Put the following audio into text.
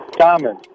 Common